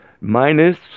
minus